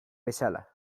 bezala